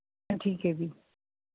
ਠੀਕ ਹੈ ਜੀ